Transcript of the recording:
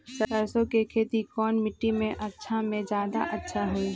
सरसो के खेती कौन मिट्टी मे अच्छा मे जादा अच्छा होइ?